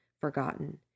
forgotten